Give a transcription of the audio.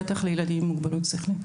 בטח לילדים עם מוגבלות שכלית.